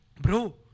bro